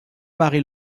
marie